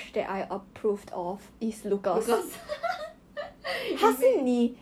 he is thirty C_M taller than you